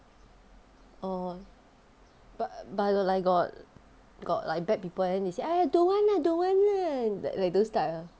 orh but but like got got like bad people then they say !aiya! don't want lah don't want lah like like those type ah